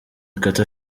kata